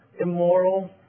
immoral